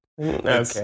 Okay